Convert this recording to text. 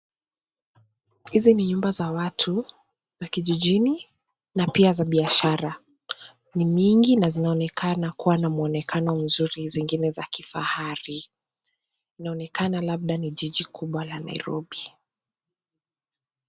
Hizi ni nyumba za watu za kijijini na pia za biashara. Ni mingi na zinaonekana kuwa na mwonekano mzuri, zingine za kifahari. Inaonekana labda ni jiji kubwa la Nairobi.